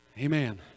Amen